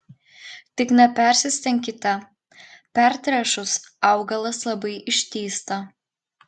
tik nepersistenkite pertręšus augalas labai ištįsta